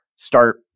start